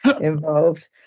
involved